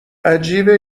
عجیبه